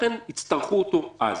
ולכן יצטרכו אותו אז.